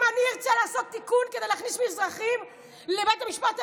אם אני ארצה לעשות תיקון כדי להכניס מזרחים לבית המשפט העליון,